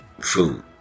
food